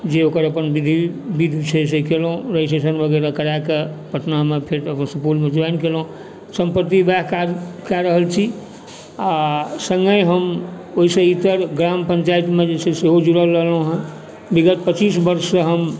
जे ओकर अपन विधि विध छै से कयलहुँ रजिस्ट्रेशन वगैरह कराकऽ पटनामे फेर सुपौलमे ज्वाइन कयलहुँ सम्प्रति वएहे काज कए रहल छी आओर सङ्गहि हम ओहिसँ इतर ग्राम पञ्चायतमे जे छै से सेहो जुड़ल रहलहुँ हँ विगत पचीस बर्षसँ हम